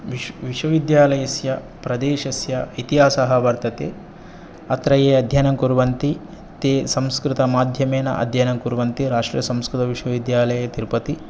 विश् विश्वविद्यालयस्य प्रदेशस्य इतिहासः वर्तते अत्र ये अध्ययनं कुर्वन्ति ते संस्कृतमाध्यमेन अध्ययनं कुर्वन्ति राष्ट्रियसंस्कृतविश्वविद्यालये तिरुपति